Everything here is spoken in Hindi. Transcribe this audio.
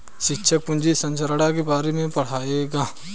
शिक्षक पूंजी संरचना के बारे में पढ़ाएंगे